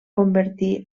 convertir